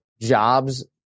jobs